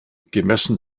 gemessen